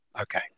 Okay